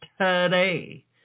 today